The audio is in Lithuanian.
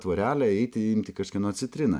tvorelę eiti imti kažkieno citriną